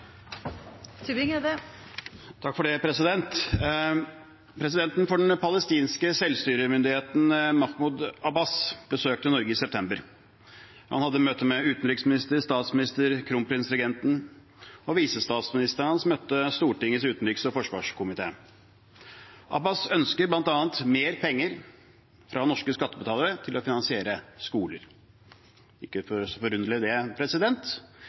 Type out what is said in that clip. Presidenten for den palestinske selvstyremyndigheten, Mahmoud Abbas, besøkte Norge i september. Han hadde møte med utenriksministeren, statsministeren og kronprinsregenten, og visestatsministeren hans møtte Stortingets utenriks- og forsvarskomité. Abbas ønsker bl.a. mer penger fra norske skattebetalere til å finansiere skoler. Det er ikke så forunderlig,